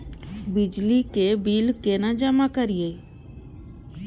बिजली के बिल केना जमा करिए?